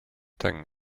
thing